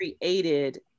created